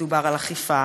דובר על אכיפה,